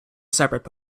separate